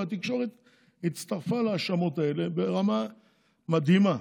והתקשורת הצטרפה להאשמות האלה ברמה מדהימה,